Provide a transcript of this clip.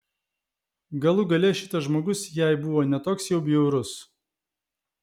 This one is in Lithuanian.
galų gale šitas žmogus jai buvo ne toks jau bjaurus